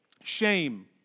shame